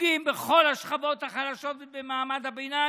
שפוגעים בכל השכבות החלשות ובמעמד הביניים,